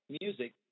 music